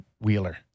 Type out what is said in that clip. Wheeler